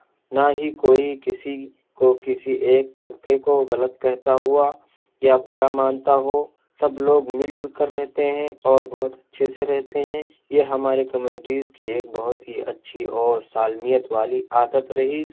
نا ہی کوئی کسی کو کسی ایک طبقے کو غلط کہتا ہوا یا برا مانتا ہو سب لوگ مل جل کر رہتے ہیں اور بہت اچھے سے رہتے ہیں یہ ہماری کمیونٹیز کی ایک بہت ہی اچّھی اور سالمیت والی عادت رہی